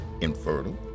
infertile